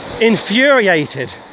infuriated